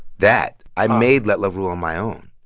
that. i made let love rule on my own,